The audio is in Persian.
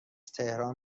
تهران